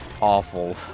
awful